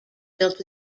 built